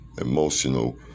emotional